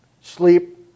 sleep